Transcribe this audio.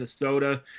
Minnesota